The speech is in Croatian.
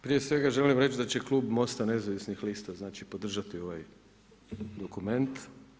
Prije svega želim reći da će klub Most-a nezavisnih lista podržati ovaj dokument.